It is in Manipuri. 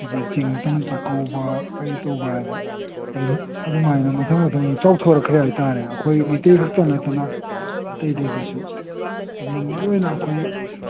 ꯍꯥꯏꯗꯤ ꯆꯤꯡ ꯇꯝ ꯆꯥꯛꯀꯧꯕ ꯀꯔꯤ ꯇꯧꯕ ꯍꯥꯏꯗꯅ ꯑꯗꯨꯝ ꯑꯗꯨꯃꯥꯏꯅ ꯃꯊꯪ ꯃꯊꯪ ꯆꯥꯎꯊꯣꯔꯛꯈ꯭ꯔꯦ ꯍꯥꯏ ꯇꯥꯔꯦ ꯑꯩꯈꯣꯏ ꯃꯩꯇꯩ ꯈꯛꯇ ꯅꯠꯇꯅ ꯑꯇꯩ ꯑꯇꯩꯗꯁꯨ ꯑꯗꯨꯅ ꯃꯔꯨꯑꯣꯏꯅ ꯑꯩꯈꯣꯏ